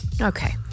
Okay